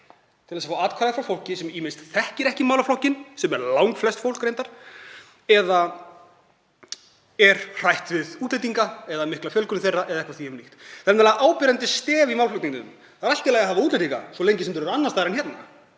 til þess að fá atkvæði frá fólki sem ýmist þekkir ekki málaflokkinn, sem er langflest fólk reyndar, eða er hrætt við útlendinga eða mikla fjölgun þeirra eða eitthvað því um líkt. Það er nefnilega áberandi stef í málflutningnum að það sé allt í lagi að hafa útlendinga svo lengi sem þeir eru annars staðar en hérna.